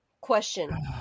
Question